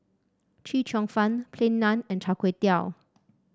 Chee Cheong Fun Plain Naan and Char Kway Teow